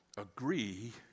agree